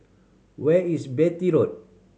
where is Beatty Road